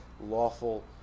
lawful